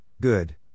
good